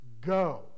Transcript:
Go